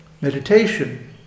meditation